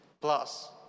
plus